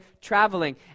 traveling